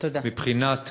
מבחינת